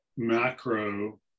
macro